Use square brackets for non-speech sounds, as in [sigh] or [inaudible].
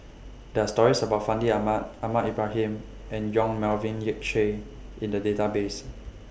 There Are stories about Fandi Ahmad Ahmad Ibrahim and Yong Melvin Yik Chye in The Database [noise]